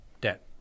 debt